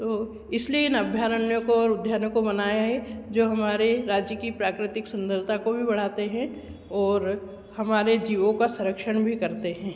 तो इसलिए इन अभ्यारण्यों को और उद्यानों को बनाया हे जो हमारे राज्य की प्राकृतिक सुंदरता को भी बढ़ाते हैं और हमारे जीवों का संरक्षण भी करते हैं